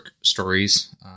stories